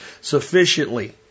sufficiently